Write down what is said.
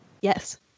Yes